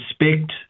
respect